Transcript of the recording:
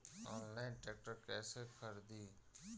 Online tractor कैसे खरदी?